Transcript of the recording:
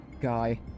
guy